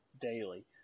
daily